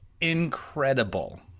incredible